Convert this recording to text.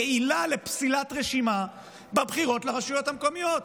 כעילה לפסילת רשימה בבחירות לרשויות המקומיות.